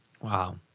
Wow